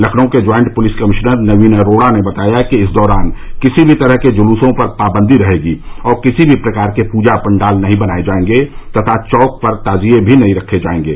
लखनऊ के joint police commissioner Naveen Arora ने बताया कि इस दौरान किसी भी तरह के जुलूसों पर पाबंदी रहेगी और किसी भी प्रकार के पूजा पंडाल नहीं बनाये जायेंगे तथा चौक पर ताजिये नहीं रखे जायेंगे